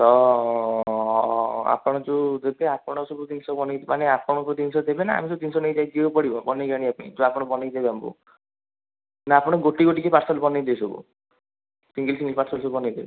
ତ ଆପଣ ଯେଉଁ ଦେବେ ଆପଣ ସବୁ ଜିନିଷ ବନେଇକି ମାନେ ଆପଣଙ୍କ ଜିନିଷ ଦେବେନା ଆମେ ସବୁ ଜିନିଷ ନେଇକି ଯିବାକୁ ପଡ଼ିବ ବନେଇକି ଆଣିବା ପାଇଁ ଯେଉଁ ଆପଣ ବନେଇକି ଦେବେ ଆମକୁ ନା ଆପଣ ଗୋଟି ଗୋଟିକି ପାର୍ସଲ୍ ବନେଇବେ ସବୁ ସିଙ୍ଗଲ୍ ସିଙ୍ଗଲ୍ ପାର୍ସଲ୍ ସବୁ ବନେଇଦେବେ